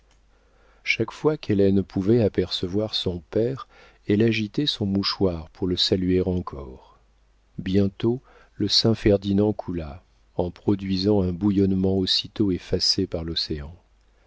chaque fois qu'hélène pouvait apercevoir son père elle agitait son mouchoir pour le saluer encore bientôt le saint ferdinand coula en produisant un bouillonnement aussitôt effacé par l'océan